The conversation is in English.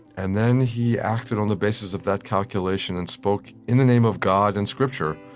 and then he acted on the basis of that calculation and spoke, in the name of god and scripture,